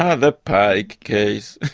ah the pike case,